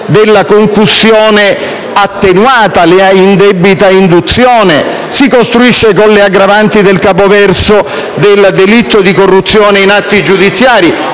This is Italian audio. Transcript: Della concussione attenuata: l'indebita induzione? Si costruisce con le aggravanti del capoverso del delitto di corruzione in atti giudiziari?